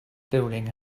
building